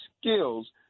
skills